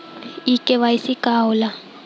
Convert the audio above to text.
इ के.वाइ.सी का हो ला?